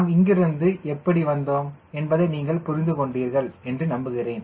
நாம் இங்கிருந்து எப்படி வந்தோம் என்பதை நீங்கள் புரிந்து கொண்டீர்கள் என்று நம்புகிறேன்